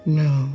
no